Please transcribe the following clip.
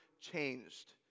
changed